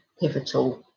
pivotal